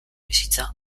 bizitza